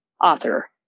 author